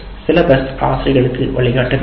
syllabus ஆசிரியர்களுக்கு வழிகாட்ட வேண்டும்